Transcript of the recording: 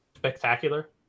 Spectacular